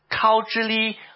culturally